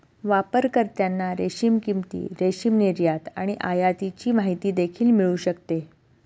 वापरकर्त्यांना रेशीम किंमती, रेशीम निर्यात आणि आयातीची माहिती देखील मिळू शकते